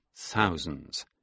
thousands